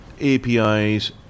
APIs